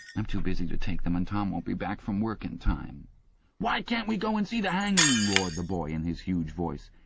i'm too busy to take them. and tom won't be back from work in time why can't we go and see the hanging roared the boy in his huge voice.